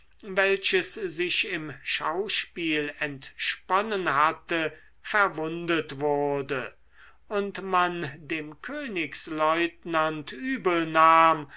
welches sich im schauspiel entsponnen hatte verwundet wurde und man dem